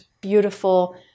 beautiful